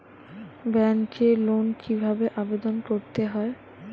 ব্যাংকে লোন কিভাবে আবেদন করতে হয়?